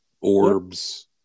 orbs